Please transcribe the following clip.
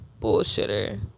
bullshitter